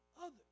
others